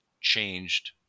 changed